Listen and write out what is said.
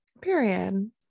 period